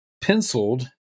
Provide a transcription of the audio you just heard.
penciled